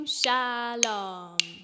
shalom